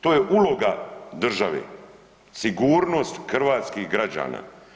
To je uloga države, sigurnost hrvatskih građana.